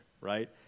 right